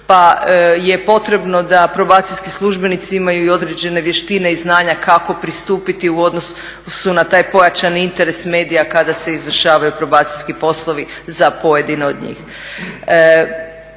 pa je potrebno da probacijski službenici imaju i određene vještine i znanja kako pristupiti u odnosu na taj pojačani interes medija kada se izvršavaju probacijski poslovi za pojedine od njih.